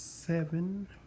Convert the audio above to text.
Seven